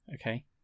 Okay